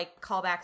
callbacks